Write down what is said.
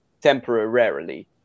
temporarily